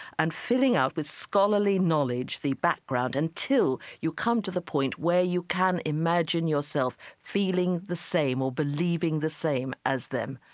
and filling up with scholarly knowledge the background until you come to the point where you can imagine yourself feeling the same or believing the same as them,